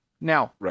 Now